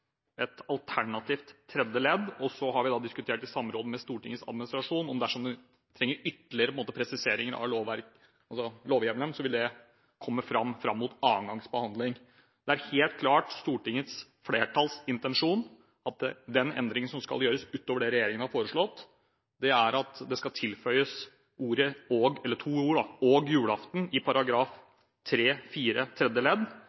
et alternativt tredje ledd. Og vi har diskutert, i samråd med Stortingets administrasjon, at dersom en trenger ytterligere presiseringer av lovhjemmelen, vil det komme fram mot andre gangs behandling. Det er helt klart stortingsflertallets intensjon at den endring som skal foretas, utover det regjeringen har foreslått, er at ordene «og julaften» skal tilføyes i § 3-4 tredje ledd